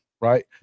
right